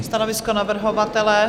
Stanovisko navrhovatele?